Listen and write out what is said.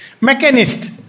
mechanist